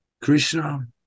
Krishna